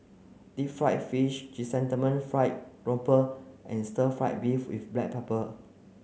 deep fried fish Chrysanthemum fried grouper and stir fry beef with black pepper